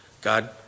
God